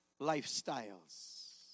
lifestyles